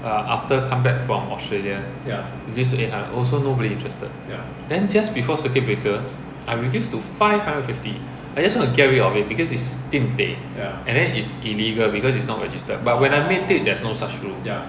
after come back from australia reduce to eight hundred also nobody interested then just before circuit breaker I reduced to five hundred fifty I just want to get rid of it because it's din tei and then it's illegal because it's not registered but when I made it there is no such rule